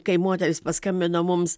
kai moteris paskambino mums